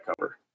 cover